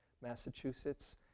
Massachusetts